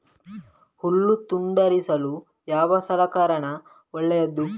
ಹುಲ್ಲು ತುಂಡರಿಸಲು ಯಾವ ಸಲಕರಣ ಒಳ್ಳೆಯದು?